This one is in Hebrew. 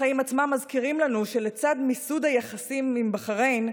החיים עצמם מזכירים לנו שלצד מיסוד היחסים עם בחריין,